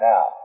Now